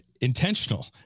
intentional